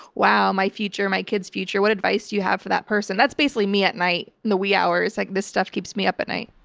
wow, my future. my kid's future. what advice do you have for that person? that's basically me at night in the wee hours, like this stuff keeps me up at night.